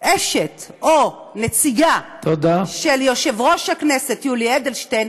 אשת או נציגה של יושב-ראש הכנסת יולי אדלשטיין,